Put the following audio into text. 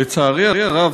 לצערי הרב,